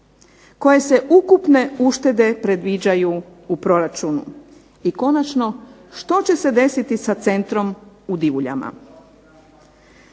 Koje se ukupne uštede predviđaju u proračunu? I konačno, što će se desiti sa centrom u Divuljama?